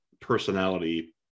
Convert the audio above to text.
personality